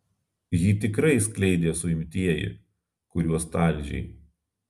jį tikrai skleidė suimtieji kuriuos talžei